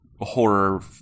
horror